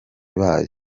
bayo